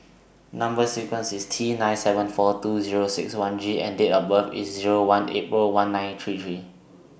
Number sequence IS T nine seven four two Zero six one G and Date of birth IS Zero one April one nine three three